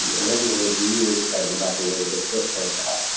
and everyone was really excited about the way that it it turned out.